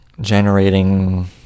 generating